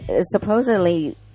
supposedly